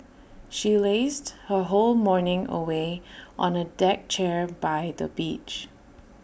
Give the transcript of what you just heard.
she lazed her whole morning away on A deck chair by the beach